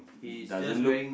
doesn't look